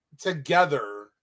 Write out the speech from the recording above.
together